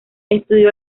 estudió